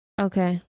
okay